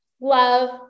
love